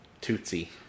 Tootsie